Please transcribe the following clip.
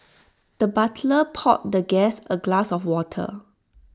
the butler poured the guest A glass of water